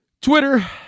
Twitter